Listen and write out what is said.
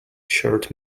shirt